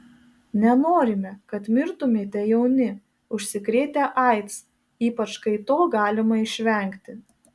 nenorime kad mirtumėte jauni užsikrėtę aids ypač kai to galima išvengti